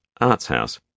artshouse